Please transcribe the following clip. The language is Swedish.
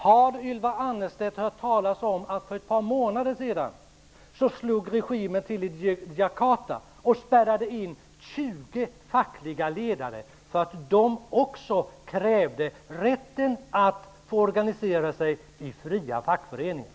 Har Ylva Annerstedt hört talas om att för ett par månader sedan slog regimen till i Jakarta och spärrade in 20 fackliga ledare för att de också krävde rätten att organisera sig i fria fackföreningar?